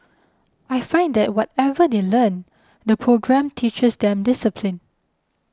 I find that whatever they learn the programme teaches them discipline